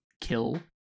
kill